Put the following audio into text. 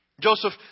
Joseph